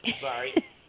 Sorry